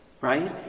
right